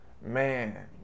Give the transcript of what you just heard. man